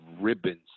ribbons